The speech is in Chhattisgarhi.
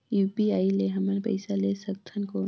यू.पी.आई ले हमन पइसा ले सकथन कौन?